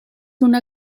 una